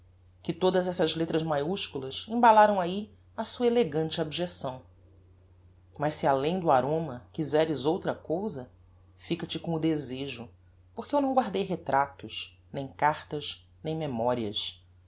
que todas essas lettras maiusculas embalaram ahi a sua elegante abjecção mas se além do aroma quizeres outra cousa fica-te com o desejo porque eu não guardei retratos nem cartas nem memorias